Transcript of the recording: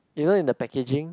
you know in the packaging